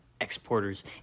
Exporters